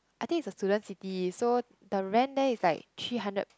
I think it's a student city so the rent there is like three hundred